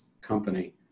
company